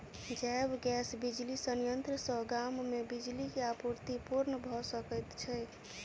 जैव गैस बिजली संयंत्र सॅ गाम मे बिजली के आपूर्ति पूर्ण भ सकैत छै